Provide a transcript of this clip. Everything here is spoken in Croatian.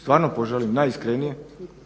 stvarno požalim najiskrenije.